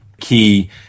key